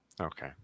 Okay